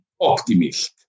optimist